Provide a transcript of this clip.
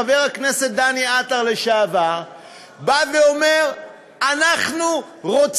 חבר הכנסת לשעבר דני עטר,